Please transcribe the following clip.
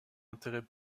intérêt